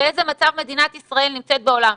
באיזה מצב מדינת ישראל נמצאת בעולם.